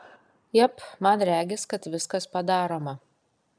jep man regis kad viskas padaroma